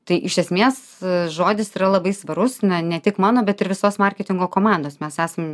tai iš esmės žodis yra labai svarus na ne tik mano bet ir visos marketingo komandos mes esam